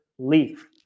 Leaf